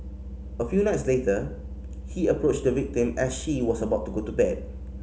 a few nights later he approached the victim as she was about to go to bed